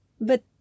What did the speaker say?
But